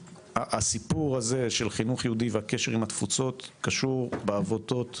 הסיפור הזה של חינוך יהודי והקשר עם התפוצות קשור בעבותות